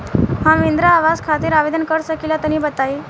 हम इंद्रा आवास खातिर आवेदन कर सकिला तनि बताई?